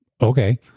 okay